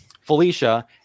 Felicia